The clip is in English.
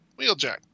Wheeljack